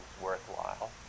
worthwhile